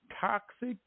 toxic